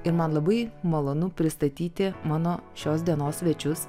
ir man labai malonu pristatyti mano šios dienos svečius